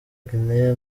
guinea